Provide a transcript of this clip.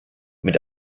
mit